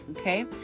Okay